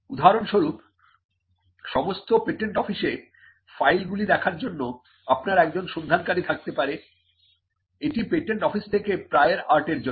উদাহরণস্বরূপ সমস্ত পেটেন্ট অফিসে ফাইলগুলি দেখার জন্য আপনার একজন সন্ধানকারী থাকতে পারে এটি পেটেন্ট অফিস থেকে প্রায়র আর্ট এর জন্য